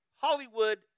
Hollywood